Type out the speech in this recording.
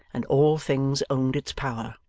and all things owned its power.